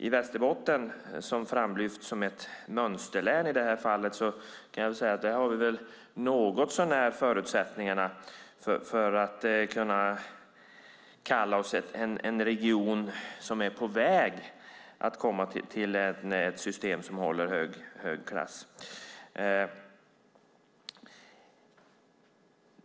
I Västerbotten, som framlyfts som ett mönsterlän i det här fallet, har vi något så när förutsättningarna för att kunna kalla oss en region som är på väg att komma till ett system som håller hög klass.